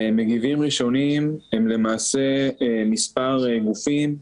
מגיבים ראשונים הם למעשה מספר גופים,